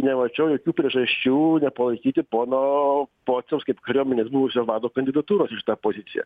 nemačiau jokių priežasčių nepalaikyti pono pociaus kaip kariuomenės buvusio vado kandidatūros į šitą poziciją